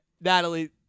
Natalie